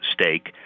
stake